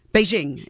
Beijing